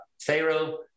pharaoh